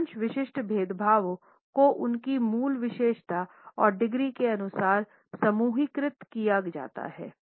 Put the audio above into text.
अधिकांश विशिष्ट भेदभावों को उनकी मूल विशेषता और डिग्री के अनुसार समूहीकृत किया जाता है